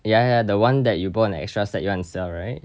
ya ya the one that you bought an extra set you wanna sell right